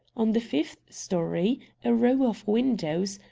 on the fifth story a row of windows,